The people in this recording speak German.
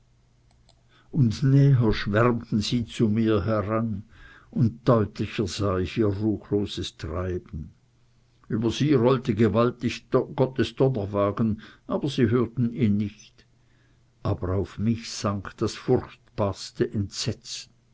und näher schwärmten sie zu mir heran und deutlicher sah ich ihr ruchlos treiben über sie rollte gewaltig gottes donnerwagen aber sie hörten ihn nicht aber auf mich sank das furchtbarste entsetzen